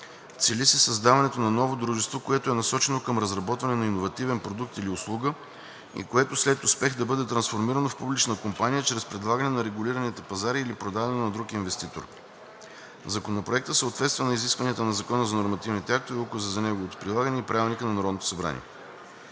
Цели се създаването на ново дружество, което е насочено към разработване на иновативен продукт или услуга и което след успех да бъде трансформирано в публична компания чрез предлагане на регулираните пазари или продадено на друг инвеститор. Законопроектът съответства на изискванията на Закона за нормативните актове, Указа за неговото прилагане и Правилника за организацията и